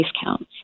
counts